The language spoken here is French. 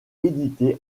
éditée